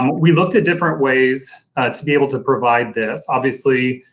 um we looked at different ways to be able to provide this. obviously,